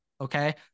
okay